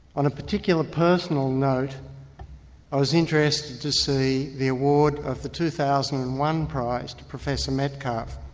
on a particular personal note i was interested to see the award of the two thousand and one prize to professor metcalf.